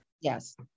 Yes